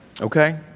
okay